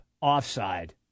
offside